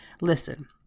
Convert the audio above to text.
Listen